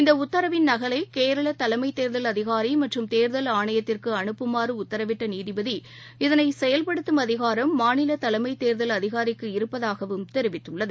இந்தஉத்தரவின் நகலைகேரளதலைமைத் அதிகாரிமற்றம் கேர்கல் கேர்கல் ஆணையத்திற்குஅனுப்புமாறுஉத்தரவிட்டநீதிபதி இதனைசெயல்படுத்தும் அதிகாரம் மாநிலதலைமைத் தேர்தல் அதிகாரிக்கு இருப்பதாகவும் தெரிவிததுள்ளது